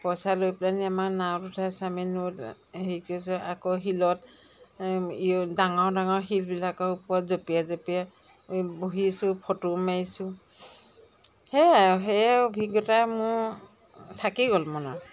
পইচা লৈ পেলানি আমাৰ নাৱত উঠাইছে আমি নৈত সেই কৰিছোঁ আকৌ শিলত ডাঙৰ ডাঙৰ শিলবিলাকৰ ওপৰত জপিঁয়াই জপিঁয়াই বহিছোঁ ফটো মাৰিছোঁ সেইয়া আৰু সেইয়াই অভিজ্ঞতা মোৰ থাকি গ'ল মনত